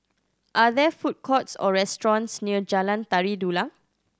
are there food courts or restaurants near Jalan Tari Dulang